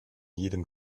jedem